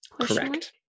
Correct